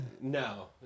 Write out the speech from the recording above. No